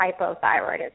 hypothyroidism